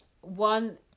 one